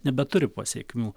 nebeturi pasekmių